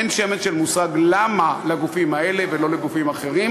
אין שמץ של מושג למה לגופים האלה ולא לגופים אחרים,